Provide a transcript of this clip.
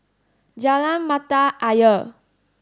Jalan Mata Ayer